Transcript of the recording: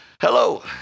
Hello